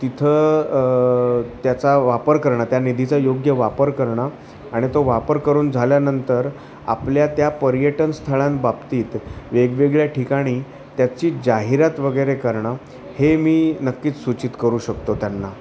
तिथं त्याचा वापर करणं त्या निधीचा योग्य वापर करणं आणि तो वापर करून झाल्यानंतर आपल्या त्या पर्यटनस्थळांबाबतीत वेगवेगळ्या ठिकाणी त्याची जाहिरात वगैरे करणं हे मी नक्कीच सूचित करू शकतो त्यांना